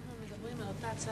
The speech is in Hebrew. אנחנו נפגשנו אתמול בערב,